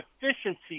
efficiency